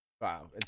Wow